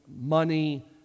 money